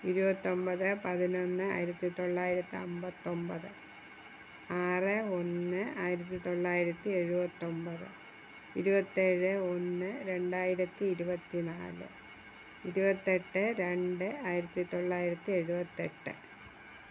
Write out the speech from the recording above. ഇരുപത്തൊൻപത് പതിനൊന്ന് ആയിരത്തി തൊള്ളായിരത്തി അൻപത്തി ഒൻപത് ആറ് ഒന്ന് ആയിരത്തി തൊള്ളായിരത്തി എഴുവത്തൊൻപത് ഇരുപത്തേഴ് ഒന്ന് രണ്ടായിരത്തി ഇരുപത്തി നാല് ഇരുപത്തെട്ട് രണ്ട് ആയിരത്തി തൊള്ളായിരത്തി എഴുപത്തെട്ട്